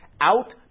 out